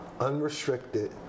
unrestricted